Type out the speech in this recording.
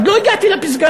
עוד לא הגעתי לפסגה.